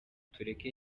tureke